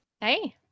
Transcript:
hey